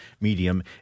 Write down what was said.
medium